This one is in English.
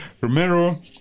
Romero